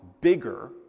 bigger